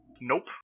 Nope